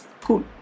Cool